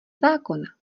zákona